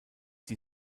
die